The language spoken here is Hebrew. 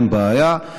אין בעיה,